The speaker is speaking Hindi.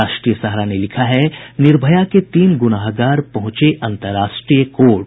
राष्ट्रीय सहारा ने लिखा है निर्भया के तीन गुनाहगार पहुंचे अंतर्राष्ट्रीय कोर्ट